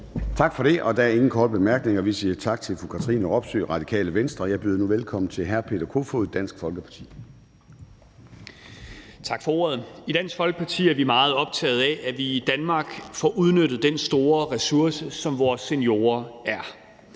Tak for det, og der er ingen korte bemærkninger. Vi siger tak til fru Katrine Robsøe, Radikale Venstre. Jeg byder nu velkommen til hr. Peter Kofod, Dansk Folkeparti. Kl. 13:58 (Ordfører) Peter Kofod (DF): Tak for ordet. I Dansk Folkeparti er vi meget optaget af, at vi i Danmark får udnyttet den store ressource, som vores seniorer er.